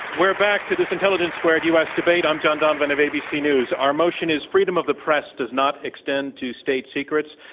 we're back to this intelligence squared u. s. debate. i'm john donvan of abc news. our motion is freedom of the press does not extend to state secrets.